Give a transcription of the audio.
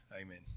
Amen